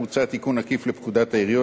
מוצע תיקון עקיף לפקודת העיריות,